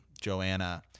Joanna